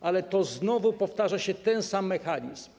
ale znowu powtarza się ten sam mechanizm.